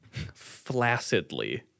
flaccidly